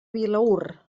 vilaür